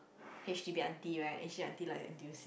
h_d_b auntie right h_d_b auntie like n_t_u_c